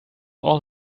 all